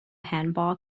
handball